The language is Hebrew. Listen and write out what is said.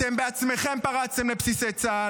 אתם בעצמכם פרצתם לבסיסי צה"ל,